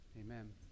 Amen